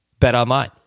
BetOnline